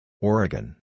Oregon